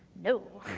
no.